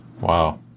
Wow